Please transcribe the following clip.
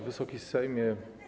Wysoki Sejmie!